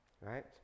right